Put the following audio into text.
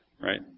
right